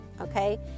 okay